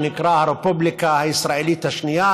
שנקרא: הרפובליקה הישראלית השנייה,